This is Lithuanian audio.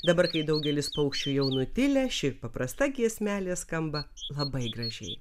dabar kai daugelis paukščių jau nutilę ši paprasta giesmelė skamba labai gražiai